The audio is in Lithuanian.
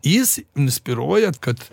jis inspiruoja kad